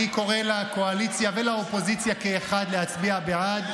אני קורא לקואליציה ולאופוזיציה כאחד להצביע בעד,